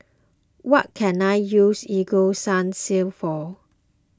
what can I use Ego Sunsense for